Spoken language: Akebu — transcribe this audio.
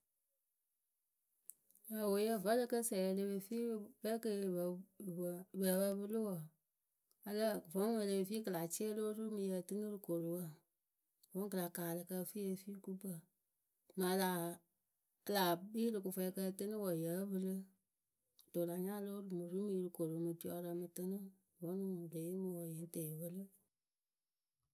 Eweyǝ vǝ́ ǝ lǝ kǝ sǝ yɨ e le pe fii kpɛ kɨ yɨ pǝ yɨ pǝ yɨ pǝǝ pǝ pɨlɨ wǝǝ, vǝ́ e le pe fii kɨ la cɩɩ ǝ lǝ́ǝ tɨnɨ yɨ ǝ tɨnɨ rɨ koruwǝ vǝ́ kɨ la kaalɨ kɨ ǝ fɨ yɨ e fii gukpǝ. Mǝŋ a laa laa kpii yɨ rɨ kɨfwɛɛkǝ ǝ tɨnɨ wǝǝ yǝ́ǝ pɨlɨ kɨto wɨ la hiaŋ o lóo mɨ ru mɨ yɨ rɨ koru mɨ ɖiɔrǝ ǝ mɨ tɨnɨ vǝ́ nuŋ wɨ le yeemɨ wǝǝ yɨ ŋ tǝ yɨ pɨlɨ.